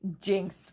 Jinx